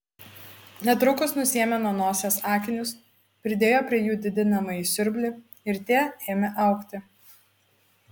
netrukus nusiėmė nuo nosies akinius pridėjo prie jų didinamąjį siurblį ir tie ėmė augti